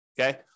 Okay